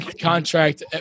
contract